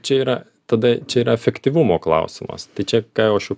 čia yra tada čia yra efektyvumo klausimas tai čia ką aš jau